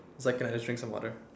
is like I just drink some water